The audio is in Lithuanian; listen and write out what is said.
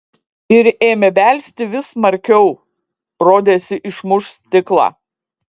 ir ėmė belsti vis smarkiau rodėsi išmuš stiklą